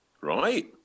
Right